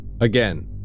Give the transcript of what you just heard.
Again